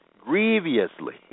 grievously